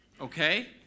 Okay